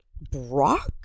Brock